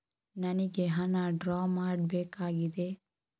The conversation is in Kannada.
ನನಿಗೆ ಹಣ ಡ್ರಾ ಮಾಡ್ಬೇಕಾಗಿದೆ